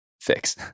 fix